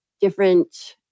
different